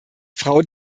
frau